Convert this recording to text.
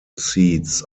seats